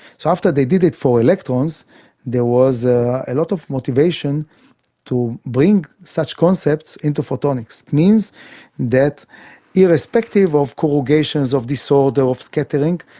so after they did it for electrons there was a lot of motivation to bring such concepts into photonics. it means that irrespective of corrugations of this sort of scattering,